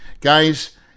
guys